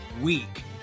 week